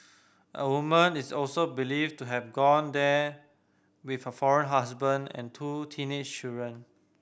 a woman is also believed to have gone there with her foreign husband and two teenage children